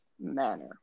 manner